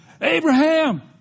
Abraham